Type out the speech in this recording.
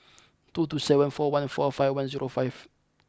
two two seven four one four five one zero five